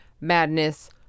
Madness